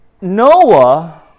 Noah